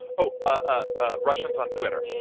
oh, ah ah russians on twitter